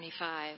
25